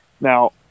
Now